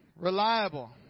Reliable